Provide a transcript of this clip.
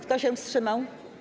Kto się wstrzymał?